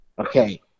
Okay